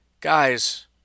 guys